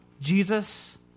Jesus